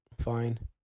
fine